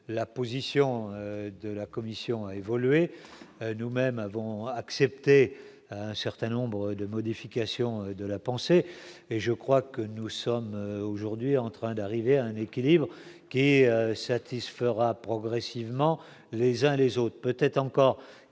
la position de la commission a évolué nous-mêmes avons accepté un certain nombre de modifications de la pensée et je crois que nous sommes aujourd'hui en train d'arriver à un équilibre qui est satisfera progressivement les uns les autres